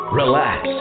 relax